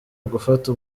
ugufata